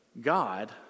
God